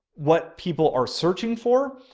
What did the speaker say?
what people are searching for.